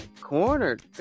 Cornered